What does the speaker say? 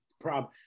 problem